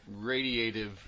radiative